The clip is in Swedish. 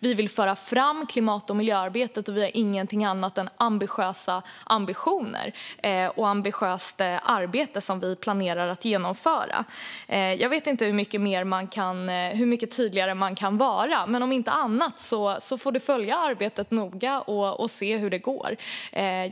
Regeringen vill föra fram klimat och miljöarbetet och har inget annat än höga ambitioner. Det är ett ambitiöst arbete som vi planerar att genomföra. Jag vet inte hur mycket tydligare man kan vara. Om inte annat får ledamoten följa arbetet noga och se hur det går.